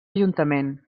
ajuntament